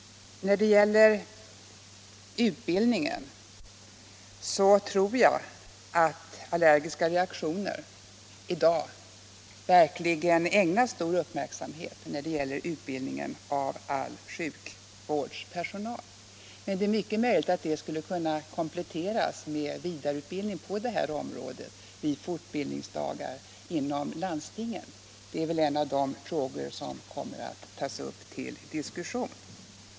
När det gäller utbildningen tror jag att allergiska reaktioner i dag verkligen ägnas stor uppmärksamhet inom denna när det gäller all sjukvårdspersonal. Men det är mycket möjligt att dessa inslag skulle kunna kompletteras med vidareutbildning på detta område under fortbildningsdagar i landstingens regi. Det är en av de frågor som kommer att tas upp till diskussion.